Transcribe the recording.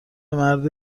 مرد